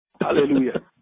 Hallelujah